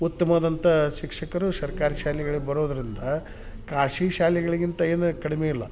ಉತ್ತಮವಾದಂಥ ಶಿಕ್ಷಕರು ಸರ್ಕಾರಿ ಶಾಲೆಗಳಿಗೆ ಬರೋದರಿಂದ ಖಾಸ್ಗಿ ಶಾಲೆಗಳಿಗಿಂಥ ಏನು ಕಡ್ಮೆ ಇಲ್ಲ